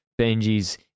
benji's